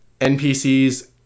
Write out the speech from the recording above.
NPCs